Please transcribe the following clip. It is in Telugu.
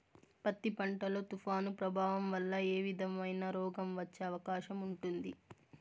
పత్తి పంట లో, తుఫాను ప్రభావం వల్ల ఏ విధమైన రోగం వచ్చే అవకాశం ఉంటుంది?